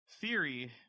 Theory